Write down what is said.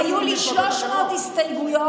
היו לי 300 הסתייגויות.